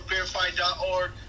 fairfight.org